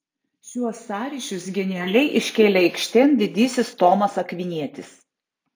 šiuos sąryšius genialiai iškėlė aikštėn didysis tomas akvinietis